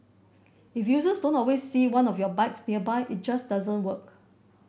if users don't always see one of your bikes nearby it just doesn't work